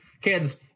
kids